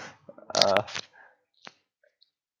uh